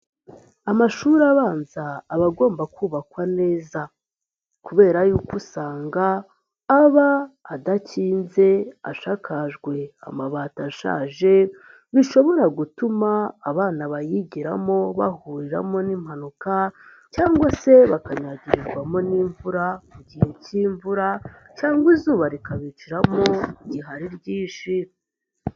Amashuri abanza aba agomba kubakwa neza kubera yuko usanga aba adakinze, ashakakajwe amabati ashaje, bishobora gutuma abana bayigiramo bahuriramo n'impanuka cyangwa se bakanyagirirwamo n'imvura mu gihe cy'imvura cyangwa izuba rikabiciramo, igihe ari ryinshi.